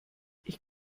ich